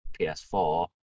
PS4